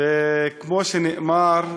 וכמו שנאמר,